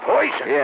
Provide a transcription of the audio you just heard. Poison